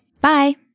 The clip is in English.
Bye